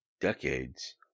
decades